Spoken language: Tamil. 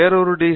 வேறொரு டி